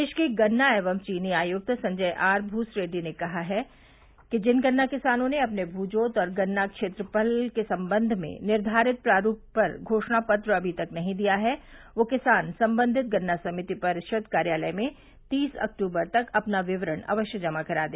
प्रदेश के गन्ना एवं चीनी आयुक्त संजय आर भूसरेड्डी ने कहा है कि जिन गन्ना किसानों ने अपने भू जोत और गन्ना क्षेत्रफल के संबंध में निर्घारित प्रारूप पर घोषणा पत्र अभी तक नहीं दिया है वह किसान संबंधित गन्ना सभिति परिषद कार्यालय में तीस अक्टूबर तक अपना विवरण अवश्य जमा करा दे